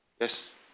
Yes